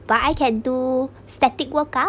but I can do static work out